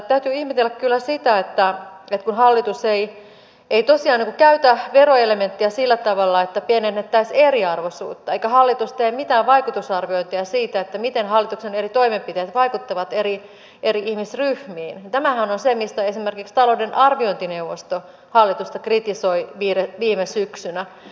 täytyy ihmetellä kyllä sitä että kun hallitus ei tosiaan käytä veroelementtiä sillä tavalla että pienennettäisiin eriarvoisuutta eikä hallitus tee mitään vaikutusarviointeja siitä miten hallituksen eri toimenpiteet vaikuttavat eri ihmisryhmiin niin tämähän on se mistä esimerkiksi talouden arviointineuvosto hallitusta kritisoi viime syksynä